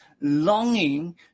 longing